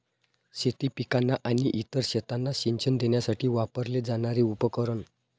शेती पिकांना आणि इतर शेतांना सिंचन देण्यासाठी वापरले जाणारे उपकरण